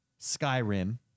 Skyrim